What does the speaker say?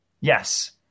Yes